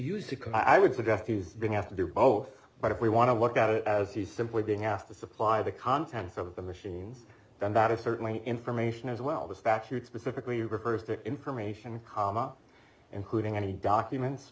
can i would suggest used to have to do both but if we want to look at it as he's simply being asked to supply the contents of the machines then that is certainly information as well the statute specifically refers to information comma including any documents